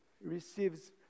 receives